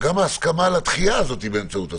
וגם ההסכמה לדחייה הזאת היא באמצעות הסנגור.